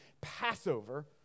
Passover